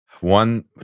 One